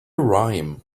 rhyme